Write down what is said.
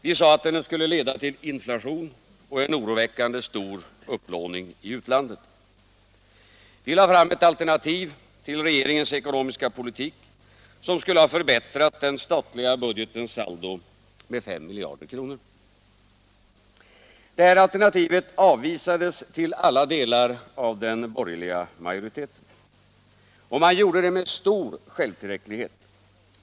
Vi sade att den skulle leda till inflation och en oroväckande stor upplåning i utlandet. Vi lade fram ett alternativ till regeringens ekonomiska politik som skulle ha förbättrat den statliga budgetens saldo med 5 miljarder kronor. Detta alternativ avvisades till alla delar av den borgerliga majoriteten. Man gjorde det med stor självtillräcklighet.